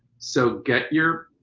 so get your